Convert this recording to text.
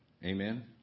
Amen